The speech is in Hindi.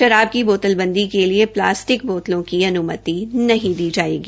शराब की बोतलबंदी के लिए प्लास्टिक बोतलों की अनुमति नहीं दी जाएगी